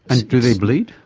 and do they bleed?